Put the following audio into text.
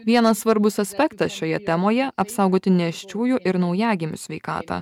vienas svarbus aspektas šioje temoje apsaugoti nėščiųjų ir naujagimių sveikatą